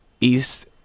east